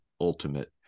ultimate